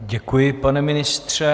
Děkuji, pane ministře.